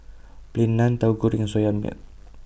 Plain Naan Tahu Goreng and Soya Milk